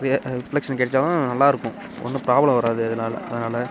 reflection கிடைச்சாலும் நல்லா இருக்கும் ஒன்றும் ப்ராப்ளம் வராது அதனாலே அதனாலே